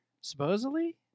supposedly